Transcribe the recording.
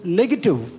negative